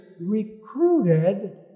recruited